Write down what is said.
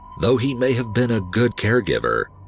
though he may have been a good caregiver,